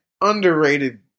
underrated